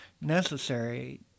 necessary